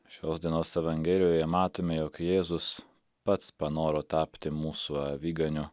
šios dienos evangelijoje matome jog jėzus pats panoro tapti mūsų aviganiu